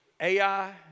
Ai